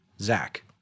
Zach